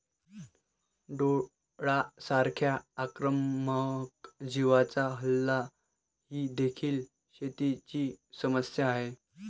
टोळांसारख्या आक्रमक जीवांचा हल्ला ही देखील शेतीची समस्या आहे